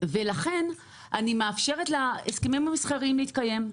ולכן היא מאפשרת להסכמים המסחריים להתקיים.